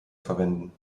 verwenden